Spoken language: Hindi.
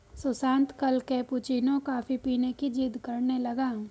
सुशांत कल कैपुचिनो कॉफी पीने की जिद्द करने लगा